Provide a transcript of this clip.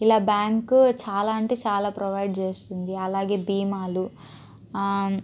ఇలా బ్యాంకు చాలా అంటే చాలా ప్రొవైడ్ చేస్తుంది అలాగే భీమాలు